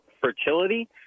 fertility